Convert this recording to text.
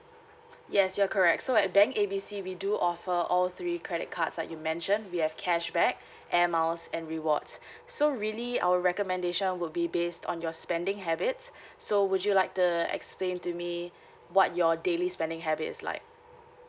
yes you're correct so at bank A B C we do offer all three credit cards like you mentioned we have cashback air miles and rewards so really our recommendation would be based on your spending habits so would you like the explain to me what your daily spending habits like